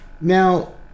Now